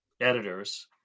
editors